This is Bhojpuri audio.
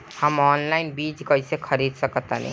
हम ऑनलाइन बीज कईसे खरीद सकतानी?